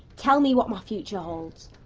tell me what my future holds.